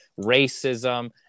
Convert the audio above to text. racism